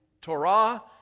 Torah